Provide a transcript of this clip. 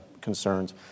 concerns